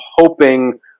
hoping